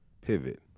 pivot